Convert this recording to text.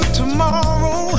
tomorrow